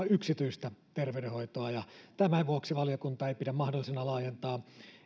yksityistä terveydenhoitoa ja tämän vuoksi valiokunta ei pidä mahdollisena laajentaa